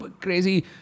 Crazy